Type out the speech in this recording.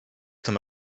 tym